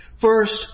First